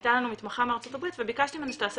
הייתה לנו מתמחה מארצות הברית וביקשתי ממנה שתעשה